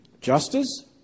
Justice